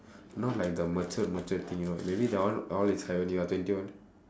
not like the mature mature thing you know maybe that one all is happening what twenty one